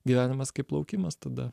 gyvenimas kaip laukimas tada